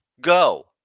go